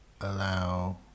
allow